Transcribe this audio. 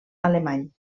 alemany